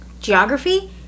geography